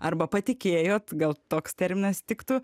arba patikėjot gal toks terminas tiktų